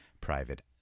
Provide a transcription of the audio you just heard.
private